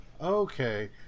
Okay